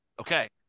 okay